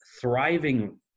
thriving